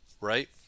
right